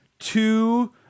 Two